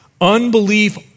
Unbelief